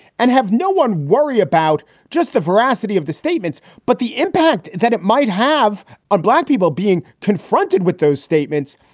and have no one worry about just the veracity of the statements, but the impact that it might have on black people being confronted with those statements.